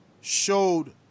showed